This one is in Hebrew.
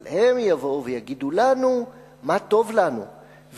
אבל הם יגידו לנו מה טוב לנו,